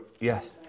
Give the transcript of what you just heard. yes